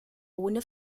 ohne